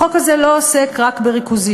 החוק הזה לא עוסק רק בריכוזיות.